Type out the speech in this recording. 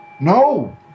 no